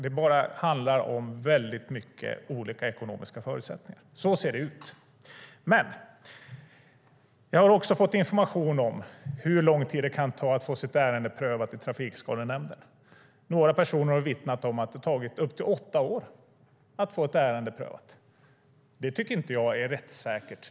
Det handlar helt enkelt om väldigt olika ekonomiska förutsättningar. Så ser det ut. Men jag har också fått information om hur lång tid det kan ta att få sitt ärende prövat i Trafikskadenämnden. Några personer har vittnat om att det har tagit upp till åtta år att få ett ärende prövat. Det tycker inte jag är rättssäkert.